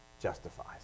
justifies